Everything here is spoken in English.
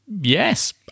Yes